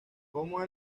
como